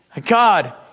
God